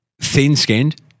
thin-skinned